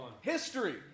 history